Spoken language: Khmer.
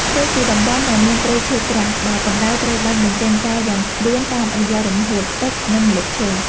ផ្ទុយពីតំបន់ដែលមានព្រៃឈើក្រាស់ ដែលកម្ដៅត្រូវបានបញ្ចេញចោលយ៉ាងលឿនតាមរយៈរំហួតទឹក និងម្លប់ឈើ។